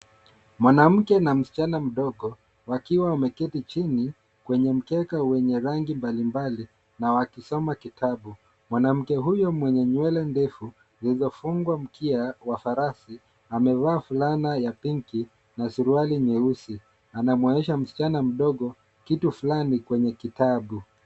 Mwanamke na msichana mdogo wakiwa wameketi chini kwenye mkeka wenye rangi mbalimbali na wakisoma kitabu. Mwanamke huyo mwenye nywele ndefu zilizofungwa mkia wa farasi amevaa fulana ya pinki na suruali nyeusi anamwonyesha msichana mdogo kitu fulani kwenye kitabu.